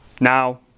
Now